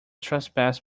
trespass